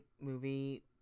movie